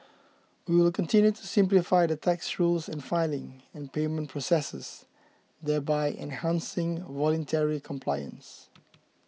we will continue to simplify the tax rules and filing and payment processes thereby enhancing voluntary compliance